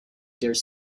dare